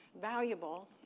valuable